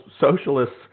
socialists